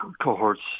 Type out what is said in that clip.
cohorts